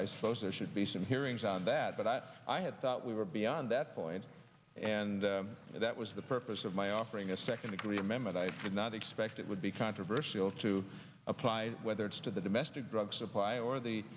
i suppose there should be some hearings on that but i had thought we were beyond that point and that was the purpose of my offering a second degree remember that i did not expect it would be controversial to apply whether it's to the domestic drug supply or the